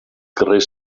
carrer